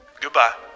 goodbye